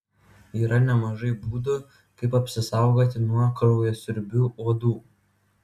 yra nemažai būdų kaip apsisaugoti nuo kraujasiurbių uodų